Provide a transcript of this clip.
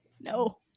No